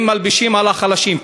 הם מלבישים על החלשים,